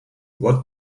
what